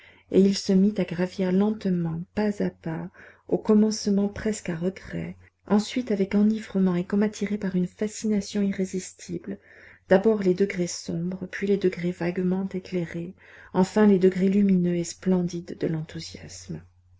et il se mit à gravir lentement pas à pas au commencement presque à regret ensuite avec enivrement et comme attiré par une fascination irrésistible d'abord les degrés sombres puis les degrés vaguement éclairés enfin les degrés lumineux et splendides de l'enthousiasme